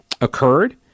occurred